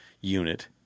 unit